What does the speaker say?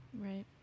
Right